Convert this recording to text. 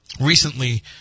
recently